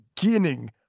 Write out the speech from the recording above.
beginning